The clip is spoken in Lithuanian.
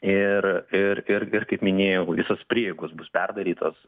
ir ir ir kaip minėjau visos prieigos bus perdarytos